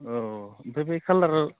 औ ओमफ्राय बे खालार